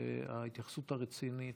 וההתייחסות הרצינית